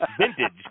Vintage